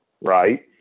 right